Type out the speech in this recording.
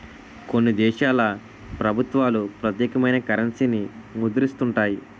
కొన్ని దేశాల ప్రభుత్వాలు ప్రత్యేకమైన కరెన్సీని ముద్రిస్తుంటాయి